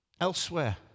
elsewhere